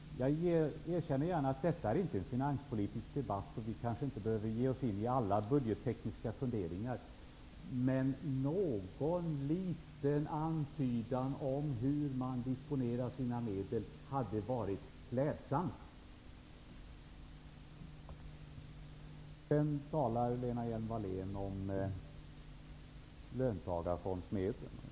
Jag erkänner gärna att detta inte är en finanspolitisk debatt, och vi behöver kanske inte gå in på alla budgettekniska funderingar, men att ge någon liten antydan om hur man disponerar sina medel hade varit klädsamt. Sedan talar Lena Hjelm-Wallén om löntagarfondsmedlen.